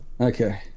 Okay